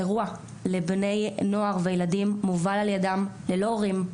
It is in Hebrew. אירוע לבני נוער וילדים, מובל על ידם, ללא הורים.